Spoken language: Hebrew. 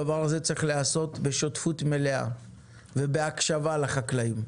הדבר הזה צריך להיעשות בשותפות מליאה ובהקשבה לחקלאים.